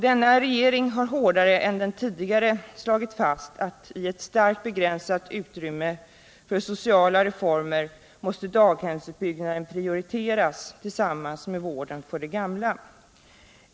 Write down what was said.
Denna regering har hårdare än den tidigare slagit fast att i ett starkt begränsat utrymme för sociala reformer måste daghemsutbyggnaden prioriteras tillsammans med vården för de gamla.